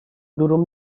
durum